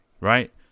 Right